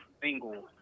single